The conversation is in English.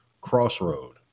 crossroad